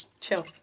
chill